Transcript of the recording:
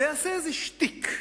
ויעשה איזה שטיק,